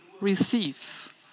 receive